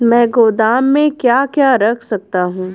मैं गोदाम में क्या क्या रख सकता हूँ?